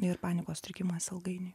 ir panikos sutrikimas ilgainiui